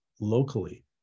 locally